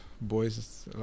boys